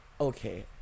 okay